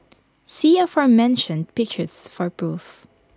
see aforementioned pictures for proof